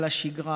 על השגרה,